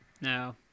no